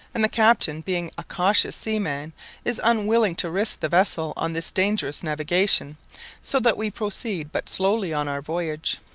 and the captain being a cautious seaman is unwilling to risk the vessel on this dangerous navigation so that we proceed but slowly on our voyage.